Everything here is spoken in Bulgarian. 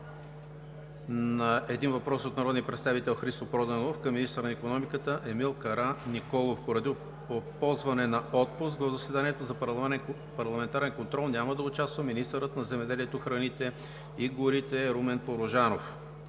един въпрос от народния представител Христо Проданов към министъра на икономиката Емил Караниколов. Поради ползване на отпуск в заседанието за парламентарен контрол няма да участва министърът на земеделието, храните и горите Румен Порожанов.